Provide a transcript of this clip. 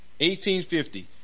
1850